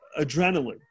adrenaline